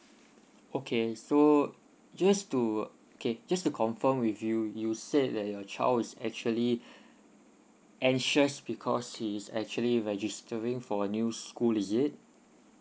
okay so just to okay just to confirm with you you said that your child is actually anxious because he's actually registering for a new school is it